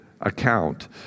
account